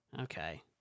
okay